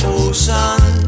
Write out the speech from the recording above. ocean